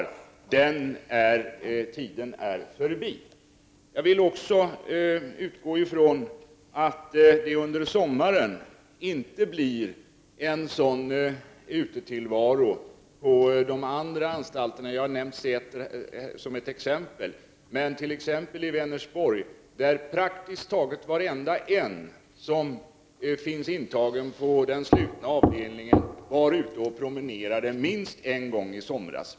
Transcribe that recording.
Jag utgår också ifrån att det under sommaren inte blir en liknande utetillvaro vid de andra anstalterna. Jag har nämnt Säter som ett exempel. I t.ex. Vänersborg var praktiskt taget varenda en av de intagna på den slutna avdelningen ute och promenerade minst en gång i somras.